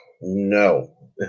no